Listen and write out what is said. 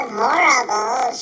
horrible